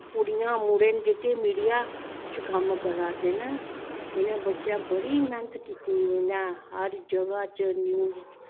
कुड़ियां मुड़े च जेह्के मीडिया च कम्म करा दे न इनैं बच्चैं बड़ी मैह्नत कीती दी इनैं हर जगाह् च न्यूज़